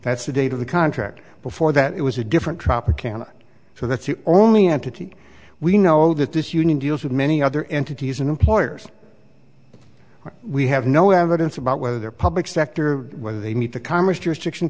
that's the date of the contract before that it was a different tropicana so that's the only entity we know that this union deals with many other entities and employers well we have no evidence about whether they're public sector whether they meet the co